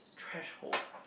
threshold